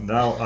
Now